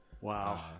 Wow